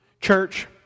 Church